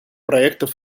проектов